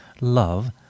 love